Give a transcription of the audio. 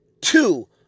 two